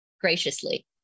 graciously